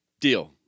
Deal